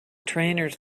trainers